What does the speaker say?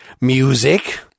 music